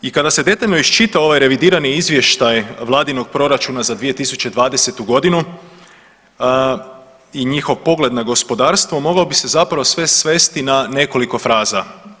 I kada se detaljno iščita ovaj revidirani izvještaj vladinog proračuna za 2020. godinu i njihov pogled na gospodarstvo mogao se zapravo sve svesti na nekoliko fraza.